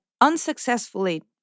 unsuccessfully